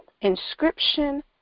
inscription